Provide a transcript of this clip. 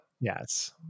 Yes